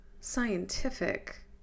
scientific